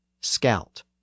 scout